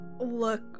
look